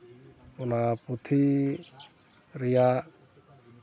ᱚᱱᱟ ᱯᱩᱛᱷᱤ ᱨᱮᱭᱟᱜ